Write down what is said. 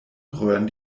röhren